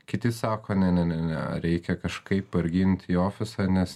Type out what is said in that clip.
kiti sako ne ne ne ne reikia kažkaip pargint į ofisą nes